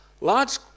Large